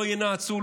לא ינאצו,